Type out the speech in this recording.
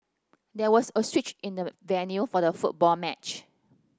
there was a switch in the venue for the football match